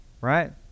right